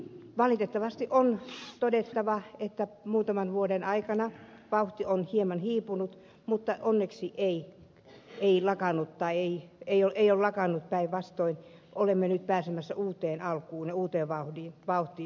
valitettavasti on todettava että muutaman vuoden aikana vauhti on hieman hiipunut mutta onneksi ei eila karannutta ei ei ei lakannut päinvastoin olemme nyt pääsemässä uuteen alkuun ja uuteen vauhtiin